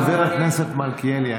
חבר הכנסת מלכיאלי.